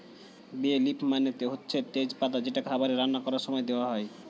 বে লিফ মানে হচ্ছে তেজ পাতা যেটা খাবারে রান্না করার সময়ে দেওয়া হয়